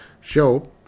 show